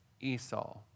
Esau